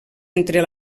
entre